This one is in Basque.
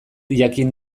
jakin